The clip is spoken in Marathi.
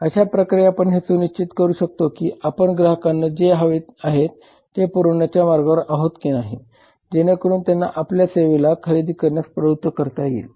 अशा प्रकारे आपण हे सुनिश्चित करू शकतो की आपण ग्राहकांना जे हवे आहे ते पुरवण्याच्या मार्गावर आहोत के नाही जेणेकरून त्यांना आपल्या सेवेला खरेदी करण्यास प्रवृत्त करता येईल